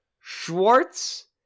Schwartz